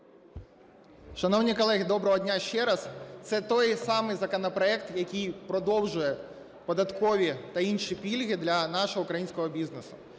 Шановні колеги, доброго дня ще раз. Цей той самий законопроект, який продовжує податкові та інші пільги для нашого українського бізнесу.